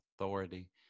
authority